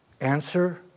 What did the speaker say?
Answer